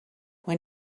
when